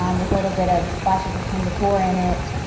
um with a little bit of splashes of home decor in it,